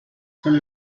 són